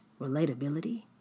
relatability